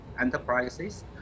enterprises